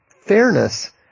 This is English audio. fairness